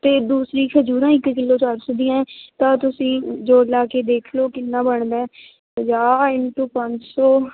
ਅਤੇ ਦੂਸਰੀ ਖਜੂਰਾਂ ਇਕ ਕਿਲੋ ਚਾਰ ਸੌ ਦੀਆਂ ਤਾਂ ਤੁਸੀਂ ਜੋੜ ਲਾ ਕੇ ਦੇਖ ਲਓ ਕਿੰਨਾ ਬਣਦਾ ਪੰਜਾਹ ਇਨਟੂ ਪੰਜ ਸੌ